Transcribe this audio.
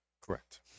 Correct